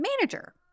manager